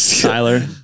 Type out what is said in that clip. Tyler